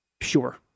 Sure